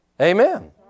Amen